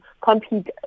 compete